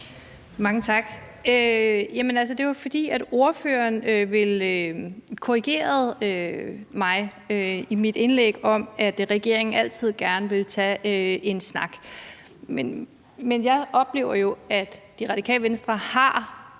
Mange tak. Jamen det er altså, fordi ordføreren korrigerede mig i mit indlæg om, at regeringen altid gerne vil tage en snak. Men jeg oplever jo, at Radikale Venstre har